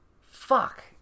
fuck